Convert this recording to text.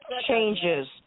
changes